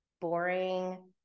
boring